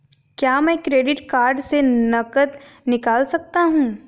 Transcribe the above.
क्या मैं credit card से नकद निकाल सकता हूँ?